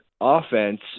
offense